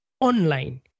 online